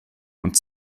und